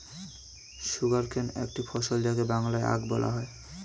sugarcane একটি ফসল যাকে বাংলায় আখ বলা হয়